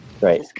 Right